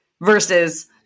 Versus